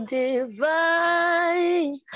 divine